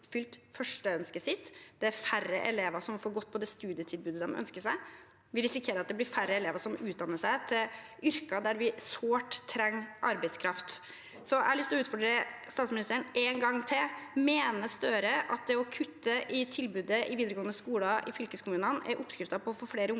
det er færre elever som får gått på det studiet de ønsker. Vi risikerer at det blir færre elever som vil utdanne seg til yrker der vi sårt trenger arbeidskraft. Jeg har lyst til å utfordre statsministeren en gang til: Mener Støre at det å kutte i tilbudet i videregående skole i fylkeskommunene er oppskriften på å få flere unge